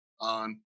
on